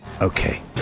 Okay